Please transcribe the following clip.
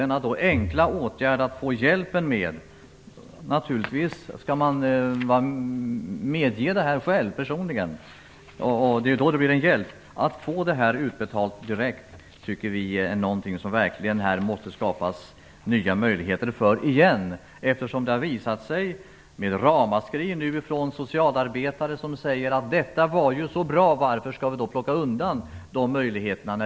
Naturligtvis skall de personligen medge att bidraget skall betalas ut direkt till hyresvärden. Det är då det blir en hjälp. Vi tycker att det måste skapas nya möjligheter för detta. Det har kommit ramaskri från socialarbetare. De tycker att systemet var så bra och undrar varför vi skall plocka undan denna möjlighet.